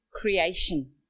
creation